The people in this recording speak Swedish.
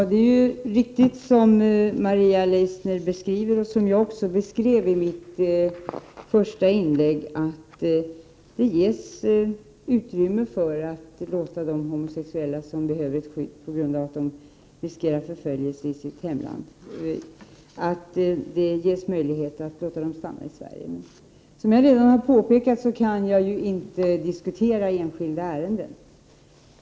Herr talman! Maria Leissners beskrivning är riktig, och den överensstämmer också med vad jag har sagt i svaret, att det ges utrymme för att låta de homosexuella som behöver ett skydd på grund av att de riskerar förföljelse i sitt hemland få stanna i Sverige. Som jag redan har påpekat kan jag inte diskutera enskilda ärenden.